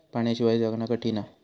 पाण्याशिवाय जगना कठीन हा